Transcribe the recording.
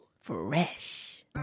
Fresh